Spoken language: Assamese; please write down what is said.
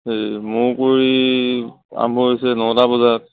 মৌকুঁৱৰী আৰম্ভ হৈছে নটা বজাত